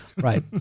Right